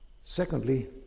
Secondly